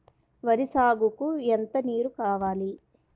వరి సాగుకు ఎంత నీరు కావాలి?